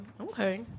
Okay